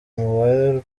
mubare